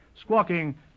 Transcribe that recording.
squawking